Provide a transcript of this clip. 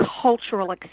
cultural